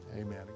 Amen